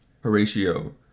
Horatio